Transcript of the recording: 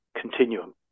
continuum